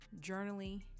journaling